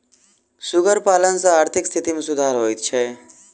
सुगर पालन सॅ आर्थिक स्थिति मे सुधार होइत छै